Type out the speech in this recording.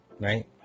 right